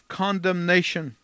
condemnation